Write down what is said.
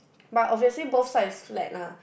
but obviously both side is flat lah